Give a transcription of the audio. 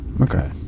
Okay